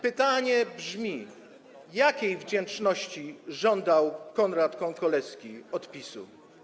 Pytanie brzmi: Jakiej wdzięczności żądał Konrad Kąkolewski od PiS?